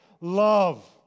love